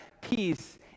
peace